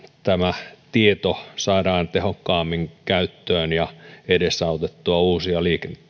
tämä tieto saadaan tehokkaammin käyttöön ja edesautettua uusia